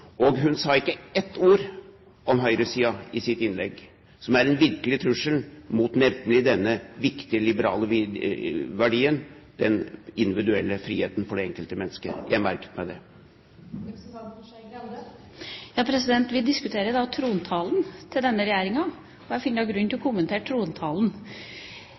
verdien. Hun sa ikke ett ord om høyresiden i sitt innlegg, som nemlig er en virkelig trussel mot denne viktige liberale verdien – den individuelle friheten. Jeg merket meg det. Vi diskuterer nå trontalen til denne regjeringa, og jeg finner da grunn til å kommentere trontalen.